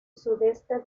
sudeste